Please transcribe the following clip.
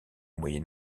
moyen